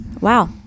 Wow